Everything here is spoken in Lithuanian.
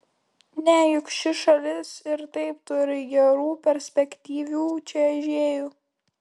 ne juk ši šalis ir taip turi gerų perspektyvių čiuožėjų